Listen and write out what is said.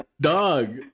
Dog